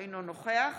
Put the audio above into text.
אינו נוכח